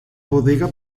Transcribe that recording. bodega